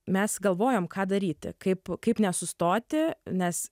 mes galvojom ką daryti kaip kaip nesustoti nes